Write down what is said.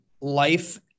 life